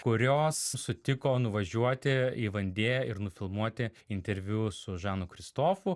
kurios sutiko nuvažiuoti į vandėją ir nufilmuoti interviu su žanu kristofu